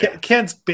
Ken's